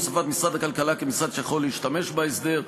הוספת משרד הכלכלה כמשרד שיכול להשתמש בהסדר,